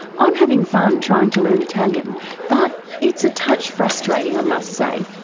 i'm having fun trying to learn italian but it's a touch frustrating i must say.